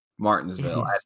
martinsville